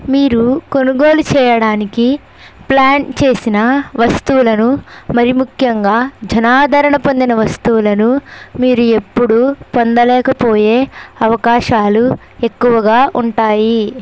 మీరు కొనుగోలు చేయడానికి ప్ల్యాన్ చేసిన వస్తువులను మరీ ముఖ్యంగా జనాదరణ పొందిన వస్తువులను మీరు ఎప్పుడూ పొందలేకపోయే అవకాశాలు ఎక్కువగా ఉంటాయి